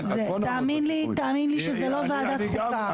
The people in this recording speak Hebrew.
תאמין לי שזו לו ועדת חוקה.